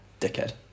Dickhead